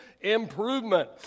Improvement